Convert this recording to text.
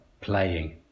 playing